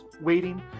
waiting